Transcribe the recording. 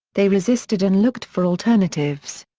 they resisted and looked for alternatives.